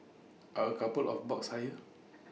are A couple of bucks higher